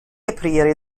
aprire